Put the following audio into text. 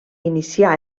inicià